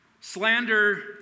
Slander